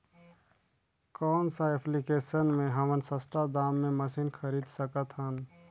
कौन सा एप्लिकेशन मे हमन सस्ता दाम मे मशीन खरीद सकत हन?